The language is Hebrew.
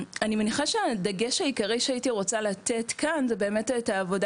אני מניחה שהדגש העיקרי שהייתי רוצה לתת כאן זה באמת את העבודה